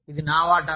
ఇది నా వాటా